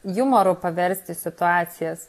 jumoru paversti situacijas